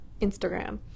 instagram